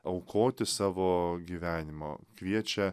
aukoti savo gyvenimo kviečia